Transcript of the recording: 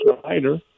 Schneider